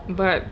but